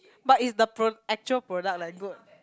but is the pro~ actual product like good